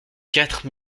quatre